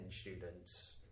students